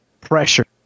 pressure